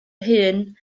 hyn